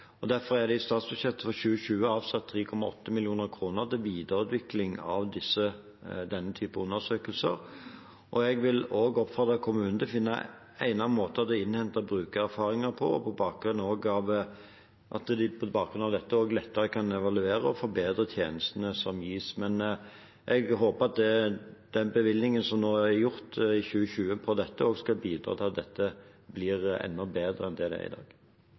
Derfor er det i statsbudsjettet for 2020 avsatt 3,8 mill. kr til videreutvikling av denne typen undersøkelser. Jeg vil også oppfordre kommunene til å finne egnede måter å innhente brukererfaringer på, slik at de på bakgrunn av dette også lettere kan evaluere og forbedre tjenestene som gis. Men jeg håper at den bevilgningen som er gjort nå i 2020, også skal bidra til at dette blir enda bedre enn det er i dag.